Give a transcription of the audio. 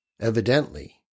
evidently